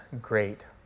great